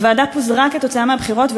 הוועדה פוזרה בשל הבחירות,